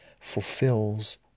fulfills